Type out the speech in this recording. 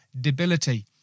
debility